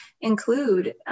include